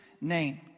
name